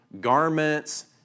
garments